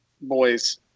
boys